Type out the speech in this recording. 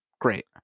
great